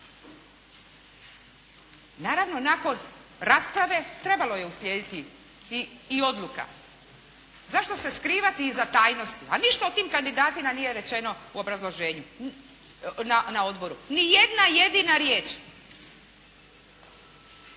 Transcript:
Naravno nakon rasprave, trebalo je uslijediti i odluka. Zašto se skrivati iza tajnosti, a ništa o tim kandidatima nije rečeno u obrazloženju na odboru. Niti jedna jedina riječ.